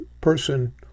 person